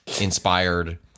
inspired